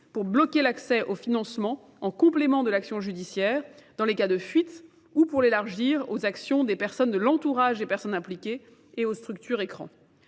pour bloquer l'accès aux financements en complément de l'action judiciaire dans les cas de fuite ou pour l'élargir aux actions des personnes de l'entourage, des personnes impliquées et aux structures écran.